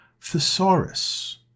Thesaurus